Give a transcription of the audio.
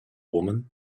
woman